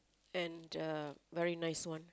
and a very nice one